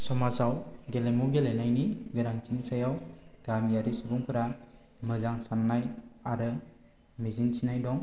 समाजाव गेलेमु गेलेनायनि गोनांथिनि सायाव गामियारि सुबुंफोरा मोजां सान्नाय आरो मिजिं थिनाय दं